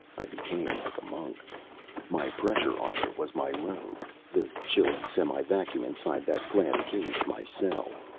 i became like a monk my pressure armor was my robe the chilly semi-vacuum inside that glass cage, my cell.